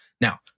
Now